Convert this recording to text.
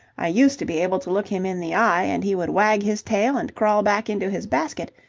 i used to be able to look him in the eye, and he would wag his tail and crawl back into his basket,